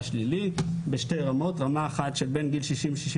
שלילי בשתי רמות: רמה אחת של בין גיל 60 ל-62